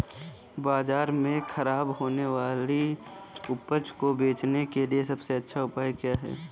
बाजार में खराब होने वाली उपज को बेचने के लिए सबसे अच्छा उपाय क्या है?